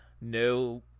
no